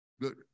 good